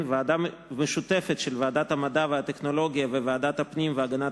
ועדה משותפת של ועדת המדע והטכנולוגיה וועדת הפנים והגנת